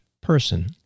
person